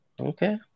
Okay